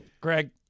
Greg